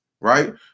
right